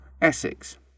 Essex